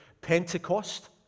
Pentecost